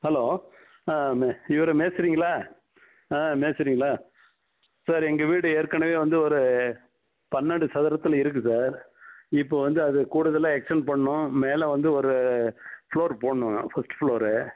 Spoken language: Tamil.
ஹலோ ஆ மே இவர் மேஸ்திரிங்களா ஆ மேஸ்திரிங்களா சார் எங்கள் வீடு ஏற்கனவே வந்து ஒரு பன்னெண்டு சதுரத்தில் இருக்குது சார் இப்போது வந்து அது கூடுதலாக எக்ஸ்ட்டண்ட் பண்ணணும் மேல வந்து ஒரு ஃப்ளோர் போடணும் ஃபர்ஸ்ட் ஃப்ளோரு